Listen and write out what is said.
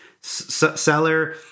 seller